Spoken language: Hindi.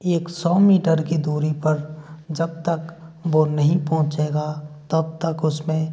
एक सौ मीटर की दूरी पर जब तक वो नहीं पहुँचेगा तब तक उसमें